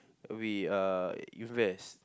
we uh invest